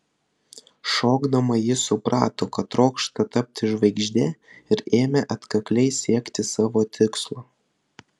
šokdama ji suprato kad trokšta tapti žvaigžde ir ėmė atkakliai siekti savo tikslo